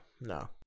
No